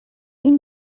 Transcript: این